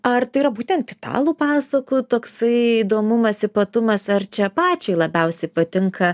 ar tai yra būtent italų pasakų toksai įdomumas ypatumas ar čia pačiai labiausi patinka